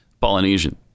Polynesian